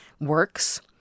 works